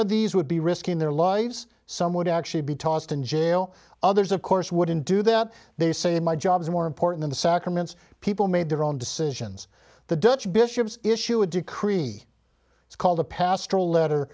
of these would be risking their lives some would actually be tossed in jail others of course wouldn't do that they say my job is more important in the sacraments people made their own decisions the dutch bishops issue a decree it's called a pastoral letter